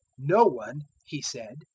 no one, he said,